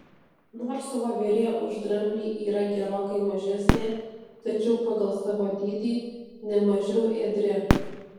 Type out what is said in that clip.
nors voverė už dramblį yra gerokai mažesnė tačiau pagal savo dydį ne mažiau ėdri